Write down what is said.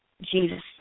Jesus